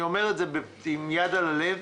אני אומר את זה עם יד על הלב.